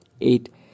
Eight